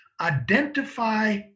identify